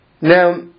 Now